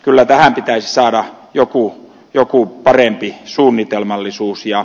kyllä tähän pitäisi saada joku parempi suunnitelmallisuus